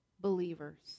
believers